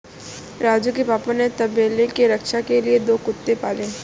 राजू के पापा ने तबेले के रक्षा के लिए दो कुत्ते पाले हैं